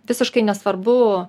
visiškai nesvarbu